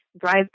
drive